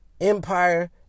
empire